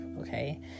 okay